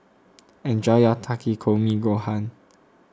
enjoy your Takikomi Gohan